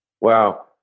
Wow